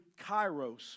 kairos